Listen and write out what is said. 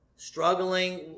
Struggling